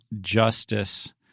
justice